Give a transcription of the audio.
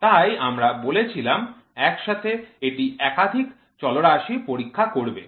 তাই আমরা বলেছিলাম এক সাথে এটি একাধিক চলরাশি পরীক্ষা করবে